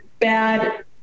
bad